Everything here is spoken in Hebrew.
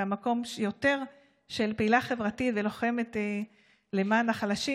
ממקום של פעילה חברתית ולוחמת למען החלשים,